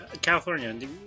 California